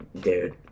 dude